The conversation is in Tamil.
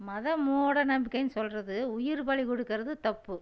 மத மூட நம்பிக்கைன்னு சொல்கிறது உயிர் பலி கொடுக்கறது தப்பு